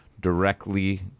directly